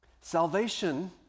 Salvation